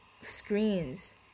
screens